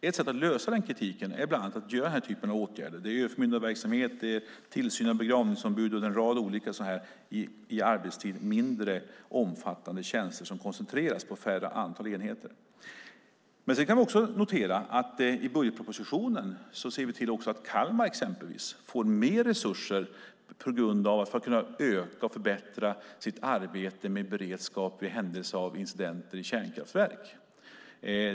Ett sätt att lösa den kritiken är bland annat att göra den här typen av åtgärder. Det är överförmyndarverksamhet, tillsyn av begravningsombud och en rad sådana i arbetstid mindre omfattande tjänster som koncentreras på färre enheter. Sedan kan vi också notera att i budgetpropositionen ser vi till att Kalmar exempelvis får mer resurser för att kunna öka och förbättra sitt arbete med beredskap i händelse av incidenter i kärnkraftverk.